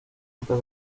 antes